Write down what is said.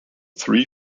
three